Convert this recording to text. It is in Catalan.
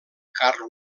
karl